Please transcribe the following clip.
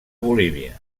bolívia